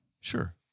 sure